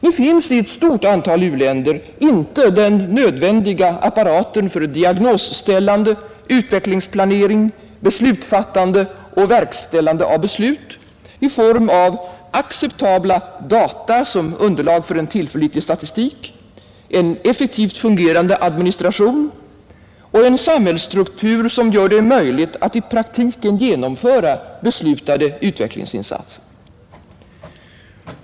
Nu finns det i ett stort antal u-länder inte den nödvändiga apparaten för diagnosställande, utvecklingsplanering, beslutsfattande och verkställande av beslut, i form av acceptabla data som underlag för en tillförlitlig statistik, en effektivt fungerande administration och en samhällsstruktur som gör det möjligt att i praktiken genomföra beslutade utvecklingsinsatser.